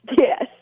Yes